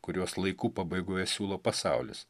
kuriuos laikų pabaigoje siūlo pasaulis